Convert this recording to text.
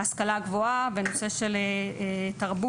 השכלה גבוהה בנושא של תרבות,